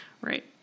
right